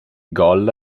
gol